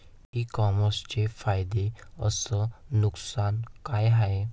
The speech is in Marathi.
इ कामर्सचे फायदे अस नुकसान का हाये